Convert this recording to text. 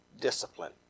discipline